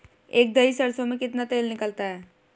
एक दही सरसों में कितना तेल निकलता है?